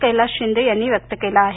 कैलास शिंदे यांनी व्यक्त केला आहे